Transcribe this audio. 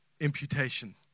imputation